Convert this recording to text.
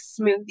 smoothie